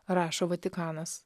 rašo vatikanas